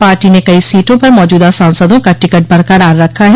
party ने कई सीटों पर मौजूदा सांसदों का टिकट बरकरार रखा है